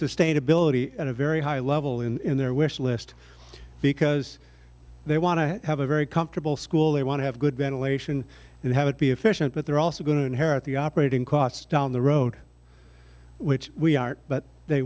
sustainability in a very high level in their wish list because they want to have a very comfortable school they want to have good ventilation and have it be efficient but they're also going to the operating costs down the road which we are but they